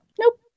nope